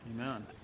Amen